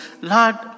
Lord